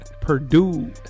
Purdue